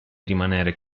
rimanere